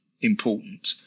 important